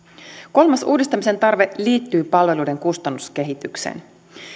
kolmas uudistamisen tarve liittyy palveluiden kustannuskehitykseen